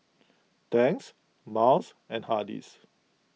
Tangs Miles and Hardy's